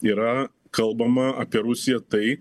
yra kalbama apie rusiją tai